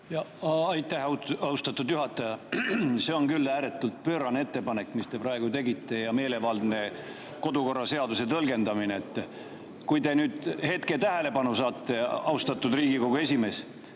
Aitäh, austatud juhataja! See on küll ääretult pöörane ettepanek, mille te praegu tegite, ja meelevaldne kodukorraseaduse tõlgendamine. Kui te nüüd hetke tähelepanu [pöörate], austatud Riigikogu esimees.